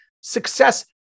success